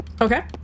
Okay